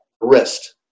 wrist